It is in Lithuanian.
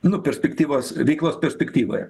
nu perspektyvos veiklos perspektyvoje